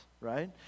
right